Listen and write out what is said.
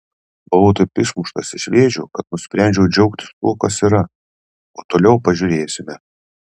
buvau taip išmuštas iš vėžių kad nusprendžiau džiaugtis tuo kas yra o toliau pažiūrėsime